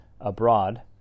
abroad